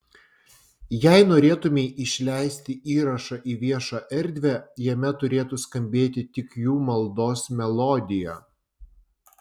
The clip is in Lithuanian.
jei norėtumei išleisti įrašą į viešą erdvę jame turėtų skambėti tik jų maldos melodija